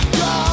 go